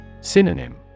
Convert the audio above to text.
Synonym